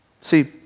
See